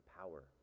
power